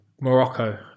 Morocco